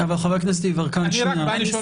אני אומר לך